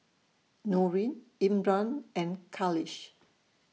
Nurin Imran and Khalish